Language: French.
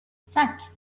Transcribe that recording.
cinq